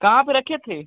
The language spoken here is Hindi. कहाँ पर रखे थे